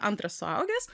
antras suaugęs